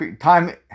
time